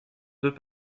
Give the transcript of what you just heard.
deux